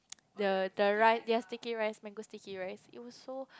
ya the rice their sticky rice mango sticky rice it was so